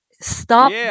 stop